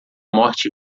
morte